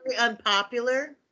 unpopular